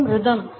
மற்றும் ரிதம்